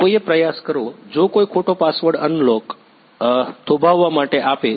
કોઈએ પ્રયાસ કરવો જો કોઈ ખોટો પાસવર્ડ અનલોક અનલોક થોભાવા માટે આપે તો